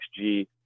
xg